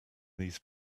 these